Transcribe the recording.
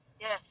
Yes